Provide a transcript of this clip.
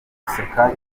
guseka